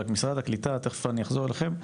רק משרד הקליטה תכף אני אחזור אליכם.